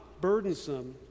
burdensome